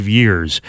years